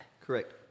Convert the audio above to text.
correct